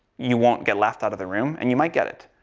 you won't get laughed out of the room and you might get it.